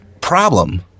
problem